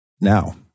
now